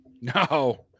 No